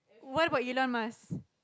what about Elon-Musk